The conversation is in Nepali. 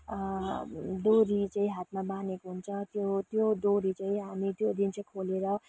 डोरी चाहिँ हातमा बानेको हुन्छ त्यो त्यो डोरी चाहिँ हामी त्यो दिन चाहिँ खोलेर